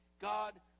God